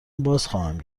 بازخواهم